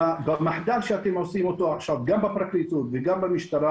במחדל שאתם עושים אותו עכשיו גם בפרקליטות וגם במשטרה